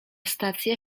stację